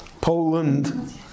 Poland